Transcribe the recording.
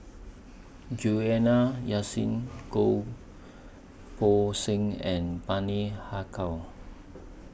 Juliana Yasin Goh Poh Seng and Bani Haykal